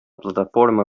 plataforma